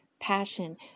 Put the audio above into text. passion